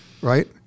right